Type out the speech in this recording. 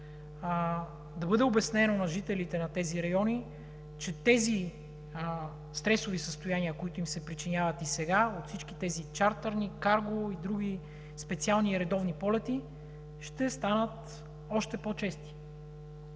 да бъде обяснено на жителите на тези райони, че стресовите състояния, които им се причиняват и сега от всички тези чартърни, карго и други специални и редовни полети, ще станат още по-чести.